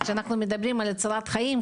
כשאנחנו מדברים על הצלת חיים,